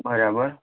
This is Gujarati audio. બરાબર